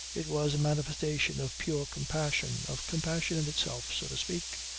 it was a manifestation of pure compassion, of compassion in itself, so to speak,